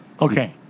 Okay